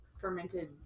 fermented